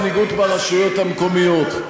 אם המנהיגות ברשויות המקומיות,